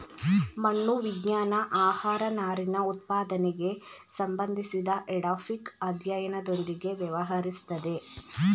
ಮಣ್ಣು ವಿಜ್ಞಾನ ಆಹಾರನಾರಿನಉತ್ಪಾದನೆಗೆ ಸಂಬಂಧಿಸಿದಎಡಾಫಿಕ್ಅಧ್ಯಯನದೊಂದಿಗೆ ವ್ಯವಹರಿಸ್ತದೆ